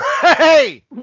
Hey